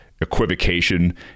equivocation